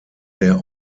der